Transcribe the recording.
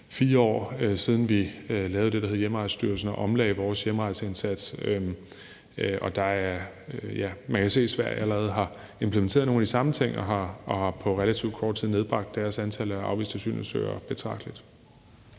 år – siden vi lavede det, der hedder Hjemrejsestyrelsen, og omlagde vores hjemrejseindsats. Man kan se, at Sverige allerede har implementeret nogle af de samme ting og på relativt kort tid har nedbragt deres antal af afviste asylansøger betragteligt.